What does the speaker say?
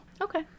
okay